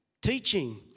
teaching